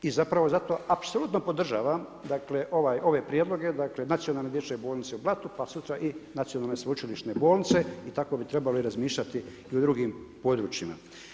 I zapravo zato apsolutno podržavam dakle ove prijedloge, dakle Nacionalne dječje bolnice u Blatu pa sutra i Nacionalne sveučilišne bolnice i tako bi trebalo i razmišljati i u drugim područjima.